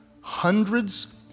hundreds